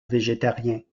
végétariens